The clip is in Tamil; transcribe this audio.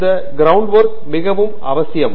துங்கிராலா எனவே அந்த கிரௌண்ட்ஒர்க் மிகவும் அவசியம்